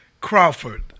Crawford